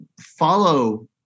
follow